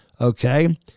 okay